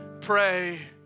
pray